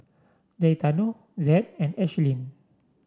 Gaetano Zed and Ashlyn